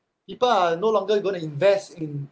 people are no longer going to invest in